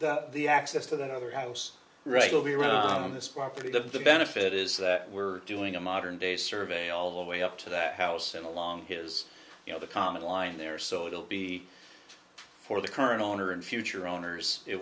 the access to that other house right will be run in this property the benefit is that we're doing a modern day survey all the way up to that house and along his you know the common line there so it'll be for the current owner and future owners it